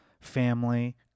family